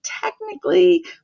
technically